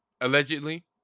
Allegedly